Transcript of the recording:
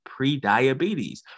prediabetes